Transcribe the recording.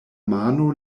mano